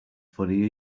funny